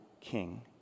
King